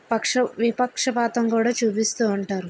వక్షు విపక్షపాతం కూడా చూపిస్తూ ఉంటారు